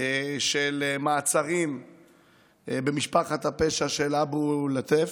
של מעצרים במשפחת הפשע של אבו לטיף.